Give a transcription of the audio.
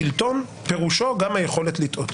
השלטון פירושו גם היכולת לטעות.